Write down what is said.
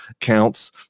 counts